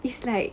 it's like